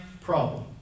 problem